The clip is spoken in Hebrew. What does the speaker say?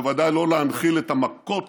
בוודאי לא להנחיל את המכות